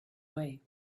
way